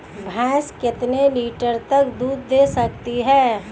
भैंस कितने लीटर तक दूध दे सकती है?